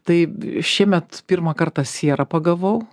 tai šiemet pirmą kartą sierą pagavau